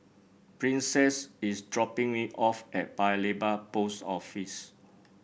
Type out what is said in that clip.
Princess is dropping me off at Paya Lebar Post Office